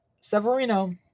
Severino